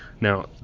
Now